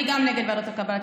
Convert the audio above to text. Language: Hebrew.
אני גם נגד ועדות הקבלה,